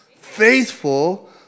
faithful